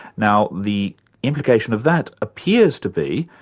now, the implication of that appears to be,